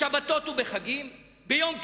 בשבתות ובחגים, ביום כיפור.